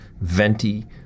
venti